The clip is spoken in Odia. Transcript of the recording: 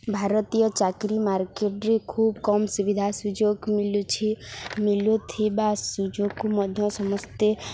ଭାରତୀୟ ଚାକିରି ମାର୍କେଟରେ ଖୁବ୍ କମ୍ ସୁବିଧା ସୁଯୋଗ ମିଲୁଛି ମିଲୁଥିବା ସୁଯୋଗକୁ ମଧ୍ୟ ସମସ୍ତେ